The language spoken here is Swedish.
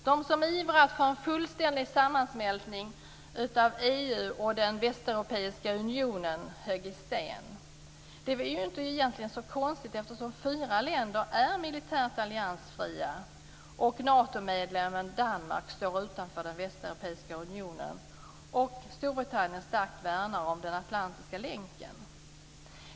De som ivrat för en fullständig sammansmältning av EU och Västeuropeiska unionen högg i sten. Det är egentligen inte så konstigt, eftersom fyra länder är militärt alliansfria. Dessutom står Natomedlemmen Danmark utanför Västeuropeiska unionen, och Storbritannien värnar starkt om den atlantiska länken.